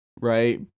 Right